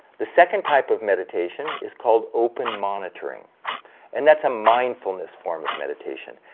the second type of meditation is called open monitoring and that's a mindfulness form of meditation,